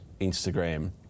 Instagram